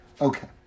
Okay